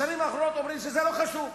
בשנים האחרונות אומרים שזה לא חשוב.